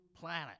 planet